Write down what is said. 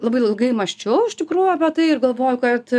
labai ilgai mąsčiau iš tikrųjų apie tai ir galvoju kad